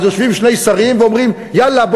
יושבים שני שרים ואומרים: יאללה,